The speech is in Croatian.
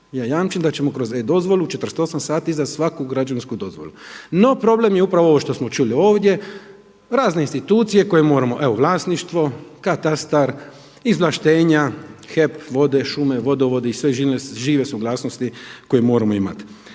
Ja jamčim da ćemo kroz e-dozvolu 48 sati izdat svaku građevinsku dozvolu. No problem je upravo ovo što smo čuli ovdje, razne institucije koje moramo evo vlasništvo, katastar, izvlaštenja, HEP, vode, šume, vodovodi i sve žive suglasnosti koje moramo imati.